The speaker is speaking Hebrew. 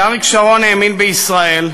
כי אריק שרון האמין בישראל,